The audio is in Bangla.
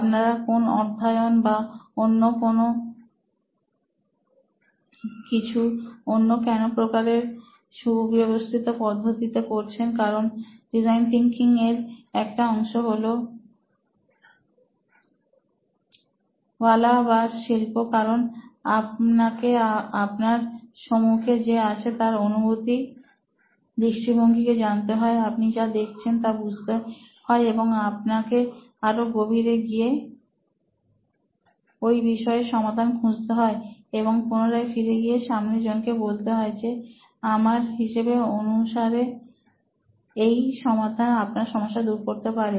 আপনারা কোন অধ্যায়ন বা অন্য কিছু অন্য কেন প্রকারের সুব্যবস্থিত পদ্ধতিতে করেছেন কারণ ডিজাইন থিংকিং এর একটা অংশ হলো ওয়ালা বাঁশ শিল্প কারণ আপনাকে আপনার সম্মুখে যে আছেন তাঁর অনুভূতি দৃষ্টিভঙ্গিকে জানতে হয় আপনি যা দেখছেন তা বুঝতে হয় এবং আপনাকে আরো গভীরে গিয়ে ওই বিষয়ের সমাধান খুঁজতে হয় এবং পুনরায় ফিরে গিয়ে সামনের জনকে বলতে হয় যে আমার হিসাব অনুসারে এই সমাধান আপনার সমস্যা দূর করতে পারবে